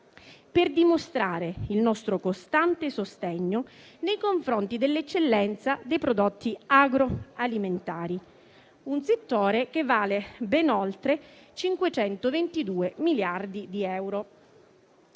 per dimostrare il nostro costante sostegno nei confronti dell'eccellenza dei prodotti agroalimentari. Un settore che vale ben oltre 522 miliardi di euro.